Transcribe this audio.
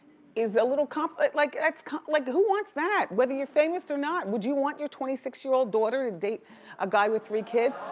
is a little comp, like that's com, like who wants that, whether you're famous or not? would you want your twenty six year old daughter to date a guy with three kids?